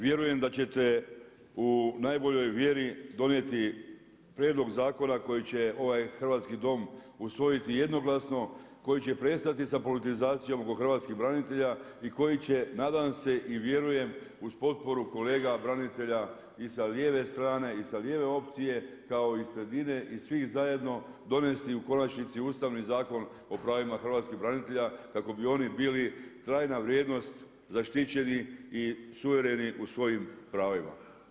Vjerujem da ćete u najboljoj vjeri donijeti prijedlog zakona koji će ovaj hrvatski Dom usvojiti jednoglasno, koji će prestati sa politizacijom oko hrvatskih branitelja i koji će nadam se i vjerujem uz potporu kolega branitelja i sa lijeve strane i sa lijeve opcije kao i sredine i svih zajedno donesti u konačnici Ustavni zakon o pravima hrvatskih branitelja kako bi oni bili trajna vrijednost zaštićeni i suvereni u svojim pravima.